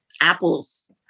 apples